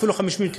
אפילו 500 תלונות,